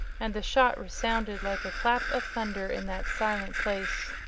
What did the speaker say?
and the shot resounded like a clap of thunder in that silent place.